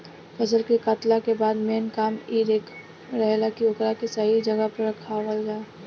फसल के कातला के बाद मेन काम इ रहेला की ओकरा के सही जगह पर राखल जाव